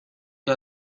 que